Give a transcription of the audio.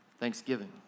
Thanksgiving